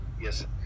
Yes